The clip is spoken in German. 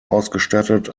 ausgestattet